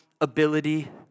ability